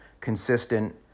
consistent